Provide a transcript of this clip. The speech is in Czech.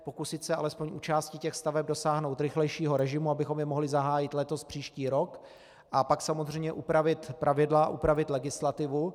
Pokusit se alespoň u části těch staveb dosáhnout rychlejšího režimu, abychom je mohli zahájit letos, příští rok, a pak samozřejmě upravit pravidla, upravit legislativu.